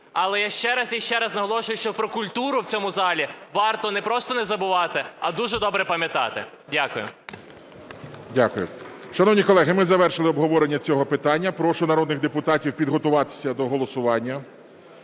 Але я ще раз і ще раз наголошую, що про культуру в цьому залі варто не просто не забувати, а дуже добре пам'ятати. Дякую. ГОЛОВУЮЧИЙ. Дякую. Шановні колеги, ми завершили обговорення цього питання. Прошу народних депутатів підготуватися до голосування.